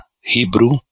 Hebrew